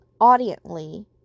audiently